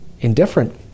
indifferent